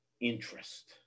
interest